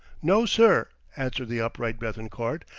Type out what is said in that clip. no, sir, answered the upright bethencourt,